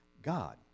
God